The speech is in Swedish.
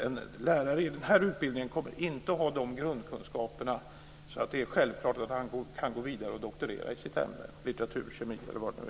En lärare med denna utbildning kommer inte att ha sådana grundkunskaper att det är självklart att han kan gå vidare och doktorera i sitt ämne, t.ex. litteratur eller kemi.